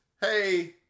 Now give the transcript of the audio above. hey